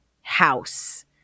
house